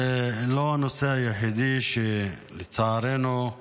אדוני היושב-ראש, זה לא הנושא היחידי שבו, לצערנו,